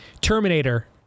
Terminator